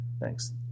Thanks